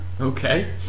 Okay